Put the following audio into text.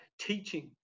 teaching